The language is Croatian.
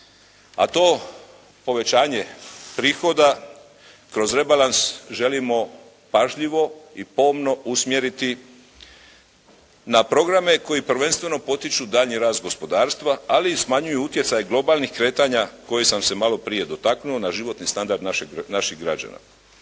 A to povećanje prihoda kroz rebalans želimo pažljivo i pomno usmjeriti na programe koji prvenstveno potiču daljnji rast gospodarstva, ali i smanjuju utjecaj globalnih kretanja kojih sam se maloprije dotaknuo, na životni standard našizh građana.